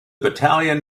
battalion